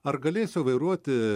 ar galėsiu vairuoti